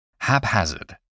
haphazard